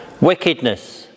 wickedness